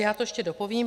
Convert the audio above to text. Já to ještě dopovím.